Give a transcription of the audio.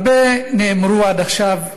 הרבה נאמר עד עכשיו,